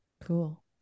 cool